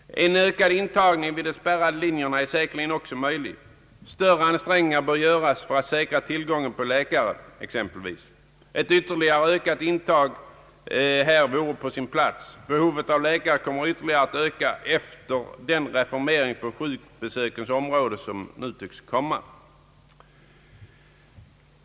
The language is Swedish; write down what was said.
En ökad intagning vid de spärrade linjerna är säkerligen också möjlig. Större ansträngningar bör göras exempelvis för att säkra tillgången på läkare. Ett ytterligare ökat intag vore på sin plats. Behovet av läkare kommer att öka efter den reformering på sjukbesökens område som nu tycks komma.